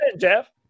Jeff